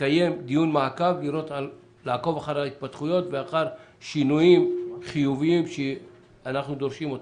- לעקוב אחר ההתפתחויות ואחר שינויים חיוביים שאנחנו דורשים אותם.